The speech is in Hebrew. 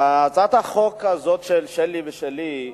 הצעת החוק הזאת של שלי ושלי,